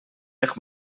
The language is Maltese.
jekk